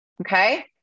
okay